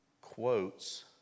quotes